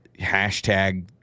hashtag